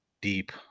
deep